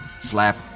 slap